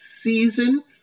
season